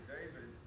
David